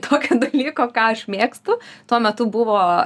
tokio dalyko ką aš mėgstu tuo metu buvo